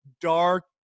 dark